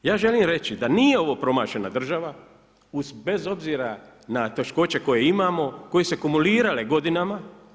Ja želim reći da nije ovo promašena država uz bez obzira na teškoće koje imamo, koje su se akumulirale godinama.